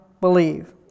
believe